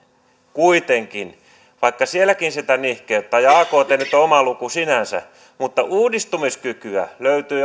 kuitenkin että jopa ay liikkeestä vaikka sielläkin sitä nihkeyttä on ja akt nyt on oma luku sinänsä uudistumiskykyä löytyy